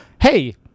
hey